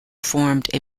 formed